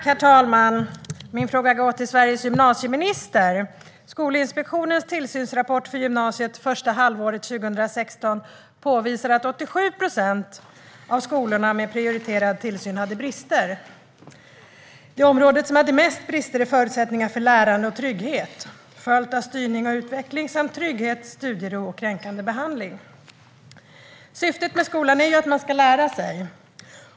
Herr talman! Min fråga går till Sveriges gymnasieminister. Skolinspektionens tillsynsrapport för gymnasiet första halvåret 2016 påvisar att 87 procent av skolorna med prioriterad tillsyn hade brister. Det område som hade mest brister är förutsättningar för lärande och trygghet, följt av styrning och utveckling samt trygghet, studiero och kränkande behandling. Syftet med skolan är ju att man ska lära sig.